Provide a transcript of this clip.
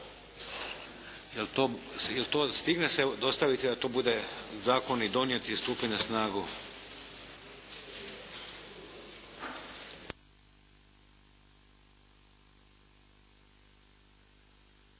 jel' to stigne se dostaviti da to bude zakon i donijet i stupljen na snagu?